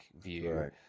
view